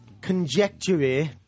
conjecture